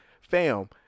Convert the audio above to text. Fam